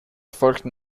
folgten